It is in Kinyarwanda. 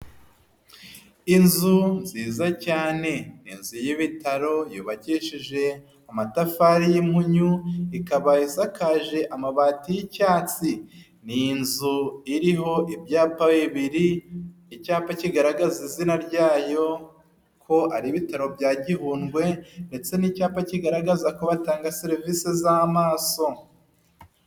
Inzu nziza cyane, inzu y'ibitaro yubakishijeje amatafari y'impunyu, ikaba isakaje amabati y'icyatsi, ni inzu iriho ibyapa bibiri, icyapa kigaragaza izina ryayo ko ari ibitaro bya Gihundwe ndetse n'icyapa kigaragaza ko batanga serivisi z'amaso.